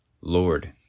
Lord